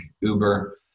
Uber